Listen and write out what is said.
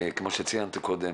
וכפי שציינתי קודם,